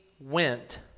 went